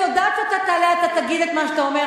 אני יודעת שכשאתה תעלה אתה תגיד את מה שאתה אומר,